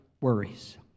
worries